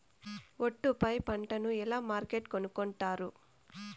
ఒట్టు పై పంటను ఎలా మార్కెట్ కొనుక్కొంటారు?